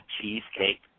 cheesecake